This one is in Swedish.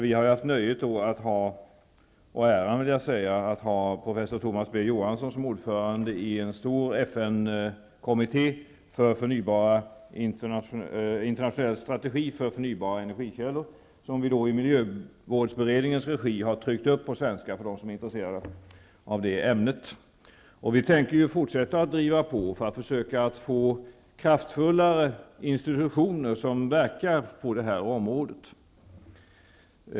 Vi har haft nöjet och äran att ha professor Thomas B. Johansson som ordförande i en stor FN-kommitté för en internationell strategi för förnybara energikällor. Kommittén har redovisat sitt arbete i en rapport, som vi i miljövårdsberedningens regi har tryckt upp på svenska för dem som är intresserade. Vi tänker fortsätta att driva på för att försöka få kraftfullare institutioner som verkar på det här området.